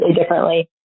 differently